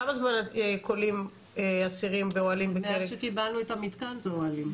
כמה זמן כולאים אסירים באוהלים בכלא?